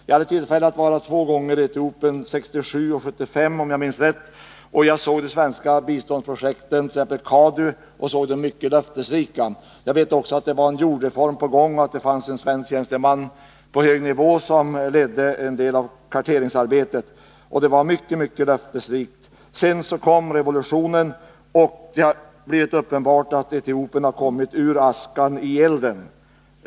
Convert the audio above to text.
Jag har haft tillfälle att vara två gånger i Etiopien, 1967 och 1975 om jag minns rätt, och jag har sett de svenska biståndsprojekten, exempelvis CADU, som jag fann mycket löftesrika. Jag vet också att det var en jordreform på gång och att det fanns en svensk tjänsteman på hög nivå som ledde en del av karteringsarbetet. Det var mycket löftesrikt. Sedan kom revolutionen, och det är uppenbart att Etiopien kommit ur askan i elden.